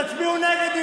תצביעו נגד,